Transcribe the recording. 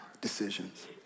decisions